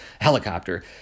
helicopter